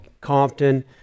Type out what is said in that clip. Compton